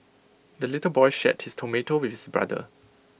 the little boy shared his tomato with his brother